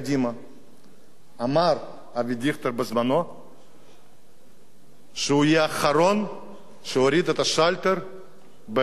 אמר אבי דיכטר בזמנו שהוא יהיה האחרון שיוריד את השלטר במטה של קדימה.